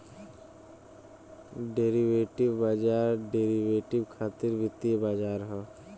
derivative बाजार derivative खातिर वित्तीय बाजार ह